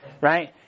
right